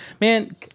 Man